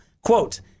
Quote